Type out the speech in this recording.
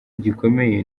gikomeye